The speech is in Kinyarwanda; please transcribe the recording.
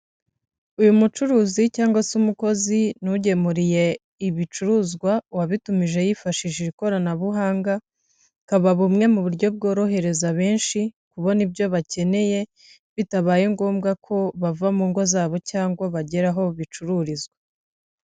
Uyu mucuruzi cyangwa se umukozi n'ugemuriye ibicuruzwa uwabitumije yifashishije ikoranabuhanga, akaba bumwe mu buryo bworohereza benshi kubona ibyo bakeneye bitabaye ngombwa ko bava mu ngo zabo cyangwa bagera aho bicururizwa.